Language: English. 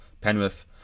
Penrith